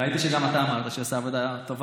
ראיתי שגם אתה אמרת שהיא עושה עבודה טובה,